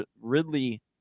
Ridley